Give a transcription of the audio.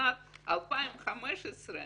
שבשנת 2015,